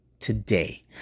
today